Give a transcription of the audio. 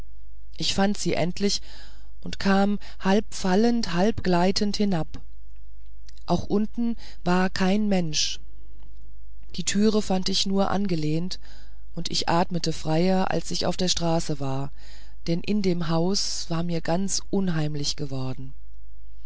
ich fand sie endlich und kam halb fallend halb gleitend hinab auch unten war kein mensch die türe fand ich nur angelehnt und ich atmete freier als ich auf der straße war denn in dem hause war mir ganz unheimlich geworden